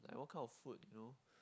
like what kind of food you know